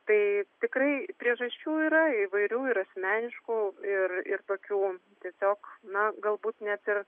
tai tikrai priežasčių yra įvairių ir asmeniškų ir ir tokių tiesiog na galbūt net ir